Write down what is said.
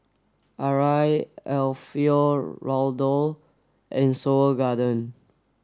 Arai Alfio Raldo and Seoul Garden